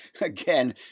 Again